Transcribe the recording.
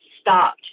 stopped